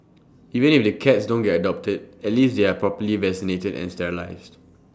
even if the cats don't get adopted at least they're properly vaccinated and sterilised